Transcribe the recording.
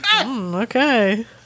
okay